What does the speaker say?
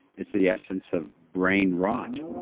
it's the essence of brain rot,